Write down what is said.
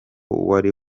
wari